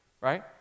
right